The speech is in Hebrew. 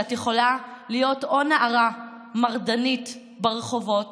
כשאת יכולה להיות או נערה מרדנית ברחובות